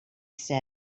said